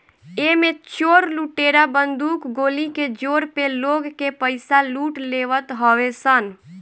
एमे चोर लुटेरा बंदूक गोली के जोर पे लोग के पईसा लूट लेवत हवे सन